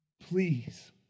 Please